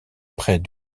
près